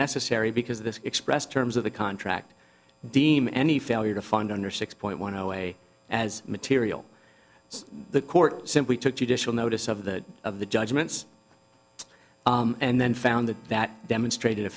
necessary because of this expressed terms of the contract deem any failure to fund under six point one zero way as material the court simply took judicial notice of the of the judgments and then found that that demonstrated a